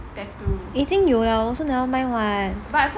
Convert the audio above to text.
已经有了 also never mind [what]